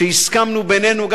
שהסכמנו בינינו,